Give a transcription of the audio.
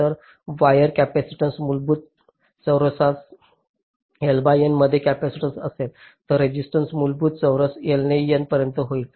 तर wire capacitance मूलभूत चौरसास L बाय N मध्ये कॅपेसिटन्स असेल तर रेजिस्टन्स मूलभूत चौरस L ने N पर्यंत होईल